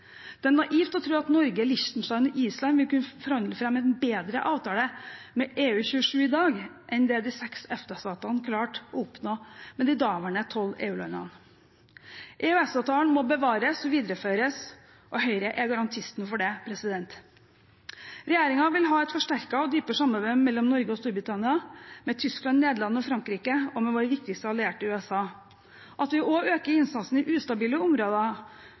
Det er naivt å tro at Norge, Liechtenstein og Island vil kunne forhandle fram en bedre avtale med EUs 28 medlemstater i dag, enn det de 6 EFTA-statene klarte å oppnå med de daværende 12 EU-landene. EØS-avtalen må bevares og videreføres, og Høyre er garantisten for det. Regjeringen vil ha et forsterket og dypere samarbeid mellom Norge og Storbritannia, med Tyskland, Nederland og Frankrike og med vår viktigste allierte, USA. At vi også øker innsatsen i ustabile områder